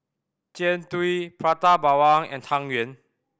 Jian Dui Prata Bawang and Tang Yuen